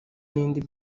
n’ibindi